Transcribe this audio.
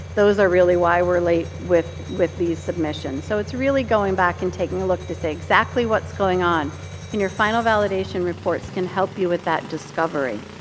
those are really why we're late with with these submissions. so it's really going back and taking a look to say exactly what's going on. and your final validation reports can help you with that discovery.